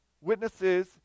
witnesses